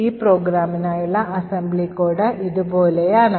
ഈ പ്രോഗ്രാമിനായുള്ള assembly code ഇതുപോലെയാണ്